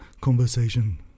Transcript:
conversation